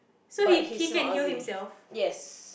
but he's not ugly yes